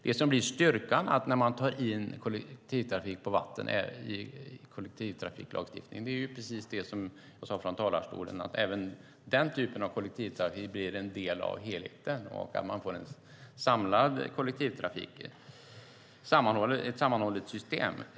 Det som blir styrkan när man tar in kollektivtrafik på vatten i kollektivtrafiklagstiftningen är, precis som jag sade från talarstolen, att även den typen av kollektivtrafik blir en del av helheten och att man får ett sammanhållet system.